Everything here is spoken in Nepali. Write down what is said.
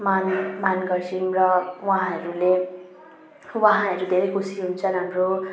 मान मान गर्छौँ र उहाँहरूले उहाँहरू धेरै खुसी हुन्छन् हाम्रो